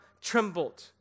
trembled